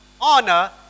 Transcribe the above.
honor